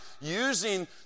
using